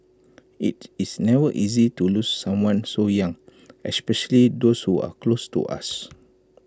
IT is never easy to lose someone so young especially those who are close to us